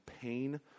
pain